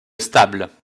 stable